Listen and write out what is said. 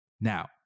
Now